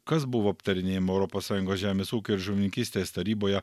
kas buvo aptarinėjama europos sąjungos žemės ūkio ir žuvininkystės taryboje